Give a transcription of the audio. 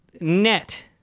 net